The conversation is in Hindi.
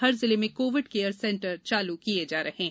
हर जिले में कोविड केयर सेंटर चालू किए जा रहे हैं